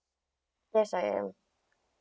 yes I am